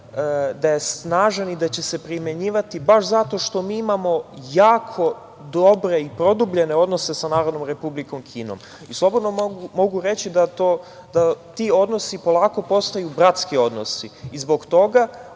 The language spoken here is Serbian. snažan i da će se primenjivati baš zato što mi imamo jako dobre i produbljene odnose sa Narodnom Republikom Kinom. Slobodno mogu reći da ti odnosi polako postaju bratski odnosi i zbog toga